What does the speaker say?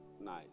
nice